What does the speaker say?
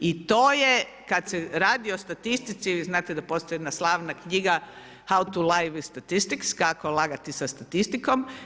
I to je kada se radi o statistici, vi znate da postoji jedna slavna knjiga How to lie statistiks, Kako lagati sa statistikom.